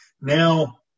Now